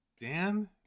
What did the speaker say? Dan